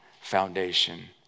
foundation